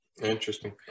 interesting